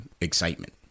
excitement